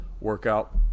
workout